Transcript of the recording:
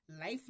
life